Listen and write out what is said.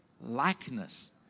likeness